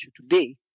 today